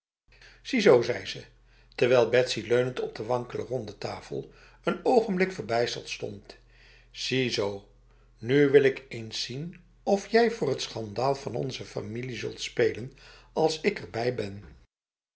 deur ziezo zei ze terwijl betsy leunend op de wankele ronde tafel een ogenblik verbijsterd stond ziezo nu wil ik eens zien of jij voor t schandaal van onze familie zult spelen als ik erbij ben